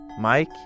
Mike